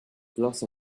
gloss